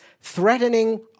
threatening